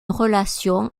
relation